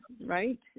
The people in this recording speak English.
right